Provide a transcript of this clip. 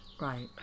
Right